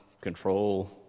control